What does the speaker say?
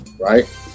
right